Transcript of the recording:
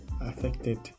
affected